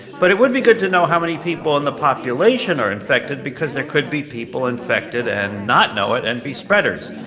but it would be good to know how many people in the population are infected, because there could be people infected and not know it and be spreaders.